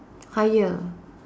higher